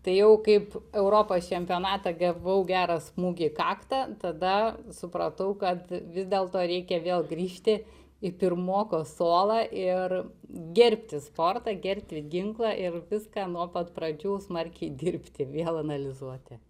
tai jau kaip europos čempionatą gavau gerą smūgį į kaktą tada supratau kad vis dėlto reikia vėl grįžti į pirmoko suolą ir gerbti sportą gerbti ginklą ir viską nuo pat pradžių smarkiai dirbti vėl analizuoti